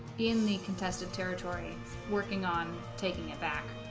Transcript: in the contested territory working on taking it back